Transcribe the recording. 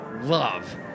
love